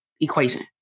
equation